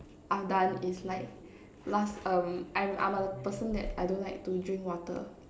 I've done is like last um I'm I'm a person that I don't like to drink water